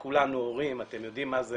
כולנו כאן הורים, אתם יודעים מה זה